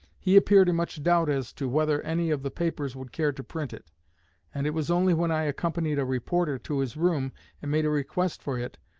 he appeared in much doubt as to whether any of the papers would care to print it and it was only when i accompanied a reporter to his room and made a request for it,